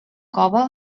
cove